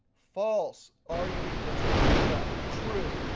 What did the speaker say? false. are you equal to rina? true.